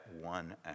one